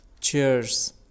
Cheers